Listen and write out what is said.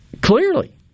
clearly